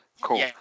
Cool